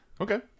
Okay